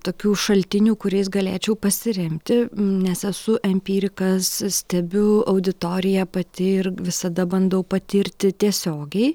tokių šaltinių kuriais galėčiau pasiremti nes esu empirikas stebiu auditoriją pati ir visada bandau patirti tiesiogiai